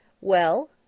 Well